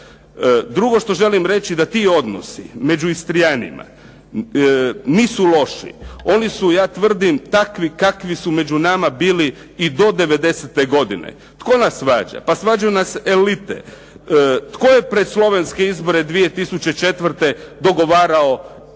Drugo što želim reći da ti odnosi među Istrianima nisu loši. Oni su ja tvrdim takvi kakvi su među nama bili i do 90. godine. Tko nas svađa? Pa svađaju nas elite. Tko je pred slovenske izbore 2004. dogovarao